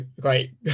great